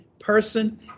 person